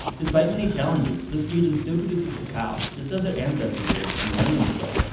despite many challenges, this region still produces cacao just as their ancestors did millenniums ago